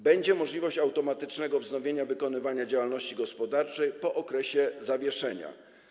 Będzie możliwość automatycznego wznowienia wykonywania działalności gospodarczej po okresie zawieszenia.